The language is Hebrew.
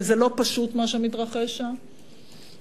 וזה לא פשוט מה שמתרחש שם,